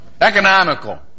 Economical